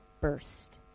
burst